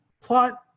plot